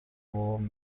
بابام